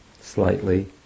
slightly